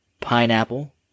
pineapple